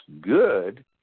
good